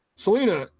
Selena